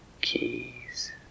keys